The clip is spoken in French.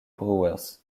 brewers